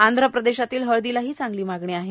आंध प्रदेशातील हळदीलाही चांगली मागणी आहे